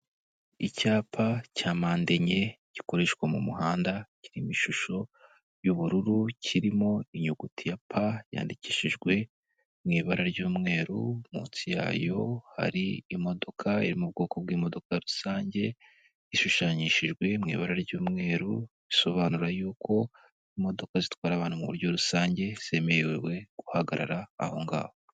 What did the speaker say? Icyapa cya mpande enye gikoreshwa mu muhanda kirimo ishusho y'ubururu kirimo inyuguti ya pa yandikishijwe mu ibara ry'umweru munsi yayo hari imodoka iri mu bwoko bw'imodoka rusange ishushanyishijwe mui ibara ry'umweru bisobanura yuko imodoka zitwara abantu mu buryo bwa rusange zemerewe guhagarara aho ngaho.